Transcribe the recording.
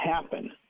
happen